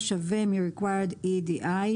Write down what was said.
Required EEDI,